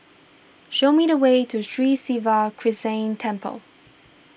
show me the way to Sri Siva Krishna Temple